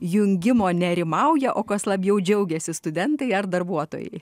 jungimo nerimauja o kas labiau džiaugiasi studentai ar darbuotojai